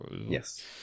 Yes